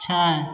छै